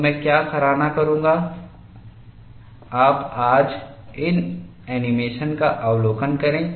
तो मैं क्या सराहना करूंगा आप आज इन एनिमेशन का अवलोकन करें